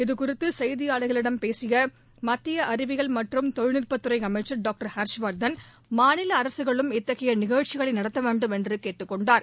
இது குறித்து செய்தியாளர்களிடம் பேசிய மத்திய அறிவியல் மற்றும் தொழில்நுட்பத்துறை அமைச்சர் டாக்டர் ஹர்ஷவர்தன் மாநில அரசுகளும் இத்தகைய நிகழ்ச்சிகளை நடத்த வேண்டும் என்று கேட்டுக்கொண்டார்